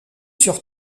sur